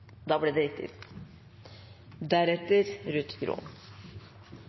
Da blir det